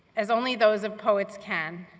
as only those of poets can,